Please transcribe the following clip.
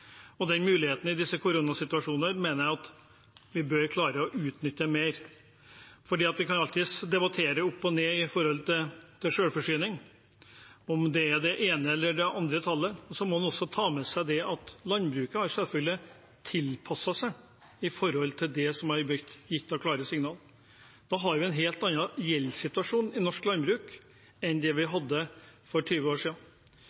Den muligheten i denne koronasituasjonen mener jeg at vi bør klare å utnytte bedre. Vi kan alltids debattere opp og ned med tanke på selvforsyning, om det er det ene eller det andre tallet. Så må en også ta med seg at landbruket selvfølgelig har tilpasset seg det som har blitt gitt av klare signal. Nå har vi en helt annen gjeldssituasjon i norsk landbruk enn det vi hadde for 20 år